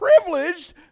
privileged